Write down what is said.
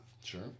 Sure